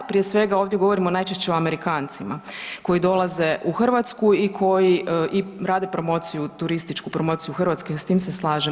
Prije svega ovdje govorimo najčešće o Amerikancima koji dolaze u Hrvatsku i koji rade promociju turističku promociju Hrvatske s tim se slažem.